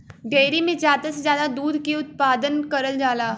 dairy में जादा से जादा दुधे के उत्पादन करल जाला